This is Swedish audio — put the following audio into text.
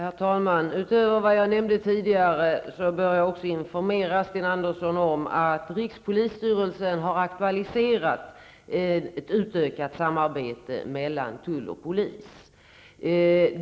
Herr talman! Utöver vad jag nämnde tidigare, bör jag informera Sten Andersson i Malmö om att rikspolisstyrelsen har aktualiserat ett utökat samarbete mellan tull och polis.